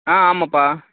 ஆ ஆமாப்பா